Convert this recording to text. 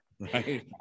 right